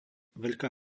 veľká